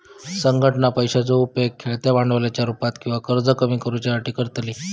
संघटना पैशाचो उपेग खेळत्या भांडवलाच्या रुपात आणि कर्ज कमी करुच्यासाठी करतली